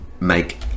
make